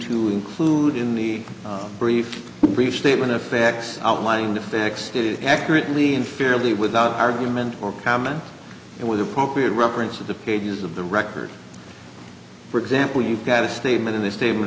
to include in the brief brief statement of facts outlining the facts accurately and fairly without argument or comment and with appropriate reference to the pages of the record for example you've got a statement in the statement